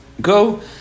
go